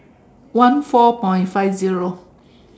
one four point five zero